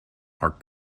are